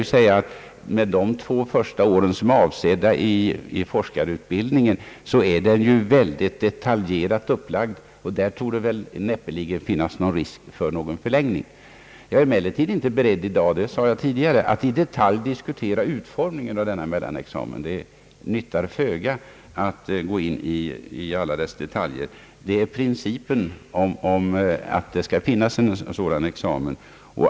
Forskarutbildningen är dock under de två första åren mycket detaljerat upplagd, och där torde näppeligen finnas risk för någon förlängning. Jag är emellertid, som jag tidigare sade, inte beredd att i dag i detalj diskutera utformningen av denna mellanexamen. Det nyttar föga att nu gå in på alla dess detaljer. Här gäller det principen att det skall finnas en sådan examen.